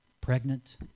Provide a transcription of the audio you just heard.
pregnant